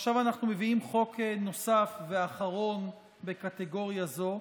ועכשיו אנחנו מביאים חוק נוסף ואחרון בקטגוריה זו,